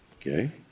Okay